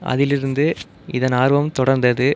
அதிலிருந்து இதன் ஆர்வம் தொடர்ந்தது